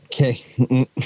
okay